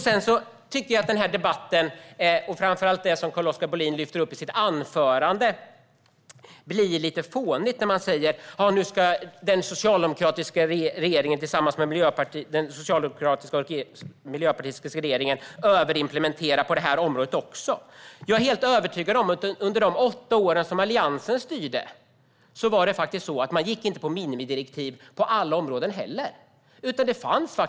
Sedan tycker jag att det blir lite fånigt i debatten med det som Carl-Oskar Bohlin lyfter fram i sitt anförande om att den socialdemokratiska och miljöpartistiska regeringen nu ska överimplementera på det här området också. Under de åtta år då Alliansen styrde var det inte heller så att man gick på minimidirektiv på alla områden. Det är jag helt övertygad om.